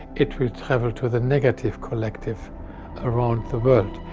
it will travel to the negative collective around the world,